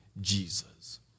Jesus